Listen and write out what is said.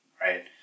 right